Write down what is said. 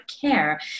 care